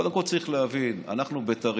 קודם כול, צריך להבין: אנחנו בית"רים.